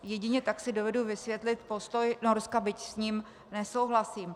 Jedině tak si dovedu vysvětlit postoj Norska, byť s ním nesouhlasím.